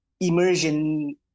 immersion